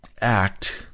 act